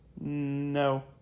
No